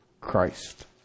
Christ